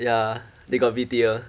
ya they got B_T_O